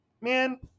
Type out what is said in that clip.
man